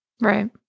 Right